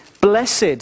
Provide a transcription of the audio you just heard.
Blessed